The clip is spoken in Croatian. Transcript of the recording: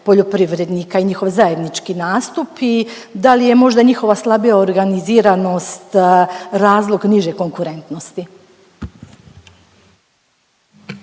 poljoprivrednika i njihov zajednički nastup i da li je možda njihova slabija organiziranost razlog niže konkurentnosti?